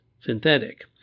synthetic